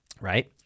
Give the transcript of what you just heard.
Right